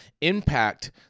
impact